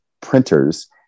printers